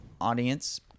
audience